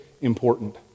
important